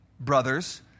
brothers